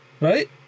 right